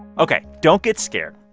ok. don't get scared.